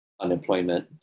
unemployment